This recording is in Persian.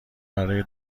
برای